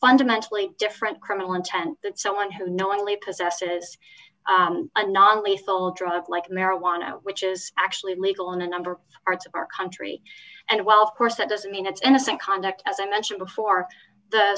fundamentally different criminal intent that someone who knowingly possesses a non lethal drug like marijuana which is actually illegal in a number of arts of our country and well of course that doesn't mean it's innocent conduct as i mentioned before the